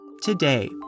Today